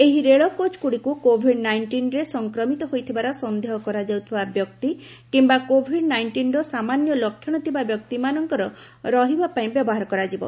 ଏହି ରେଳ କୋଚ୍ଗୁଡ଼ିକୁ କୋଭିଡ୍ ନାଇଷ୍ଟିନ୍ରେ ସଂକ୍ରମିତ ହୋଇଥିବାର ସନ୍ଦେହ କରାଯାଉଥିବା ବ୍ୟକ୍ତି କିମ୍ବା କୋଭିଡ୍ ନାଇଷ୍ଟିନ୍ର ସାମାନ୍ୟ ଲକ୍ଷଣ ଥିବା ବ୍ୟକ୍ତିମାନଙ୍କର ରହିବା ପାଇଁ ବ୍ୟବହାର କରାଯିବ